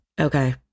Okay